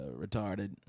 retarded